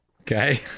Okay